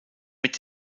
mit